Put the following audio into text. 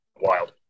wild